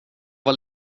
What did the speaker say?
var